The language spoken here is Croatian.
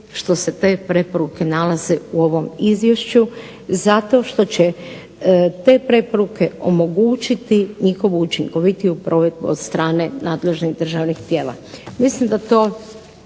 što se te preporuke nalaze u ovom izvješću zato što će te preporuke omogućiti njihovu učinkovitiju provedbu od strane nadležnih državnih tijela. Mislim da to